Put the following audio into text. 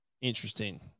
interesting